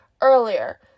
earlier